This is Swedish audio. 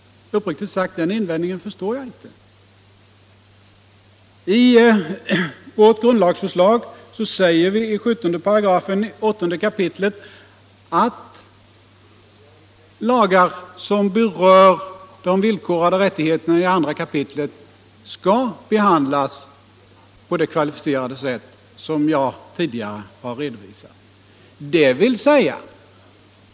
Uppriktigt sagt — den invändningen förstår jag inte. I vårt grundlagsförslag säger vi i 8 kap. 17 § att lagar som berör de villkorade rättigheterna i andra kapitlet skall behandlas på det kvalificerade sätt som jag tidigare redovisat.